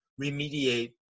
remediate